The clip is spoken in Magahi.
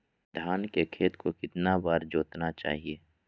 धान के खेत को कितना बार जोतना चाहिए?